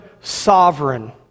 sovereign